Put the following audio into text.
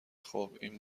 خوب، این